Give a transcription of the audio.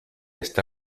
está